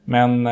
Men